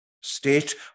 State